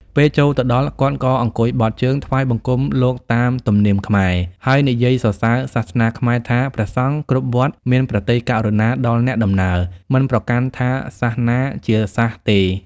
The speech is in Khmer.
ពេលចូលទៅដល់ គាត់ក៏អង្គុយបត់ជើងថ្វាយបង្គំលោកតាមទំនៀមខ្មែរ ហើយនិយាយសរសើរសាសនាខ្មែរថា ព្រះសង្ឃគ្រប់វត្តមានព្រះទ័យករុណាដល់អ្នកដំណើរ មិនប្រកាន់ថាសាសន៍ណាជាសាសន៍ទេ។